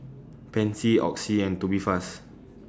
Pansy Oxy and Tubifast